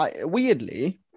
weirdly